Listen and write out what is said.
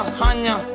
hanya